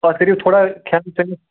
پتہٕ کٔرِو تھوڑا کھٮ۪ن چٮ۪نس